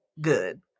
good